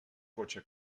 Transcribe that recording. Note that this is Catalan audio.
cotxe